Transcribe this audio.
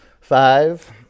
Five